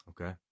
Okay